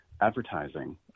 advertising